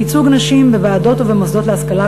ייצוג נשים בוועדות ובמוסדות להשכלה